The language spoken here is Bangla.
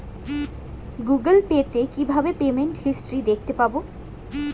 গুগোল পে তে কিভাবে পেমেন্ট হিস্টরি দেখতে পারবো?